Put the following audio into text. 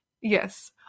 Yes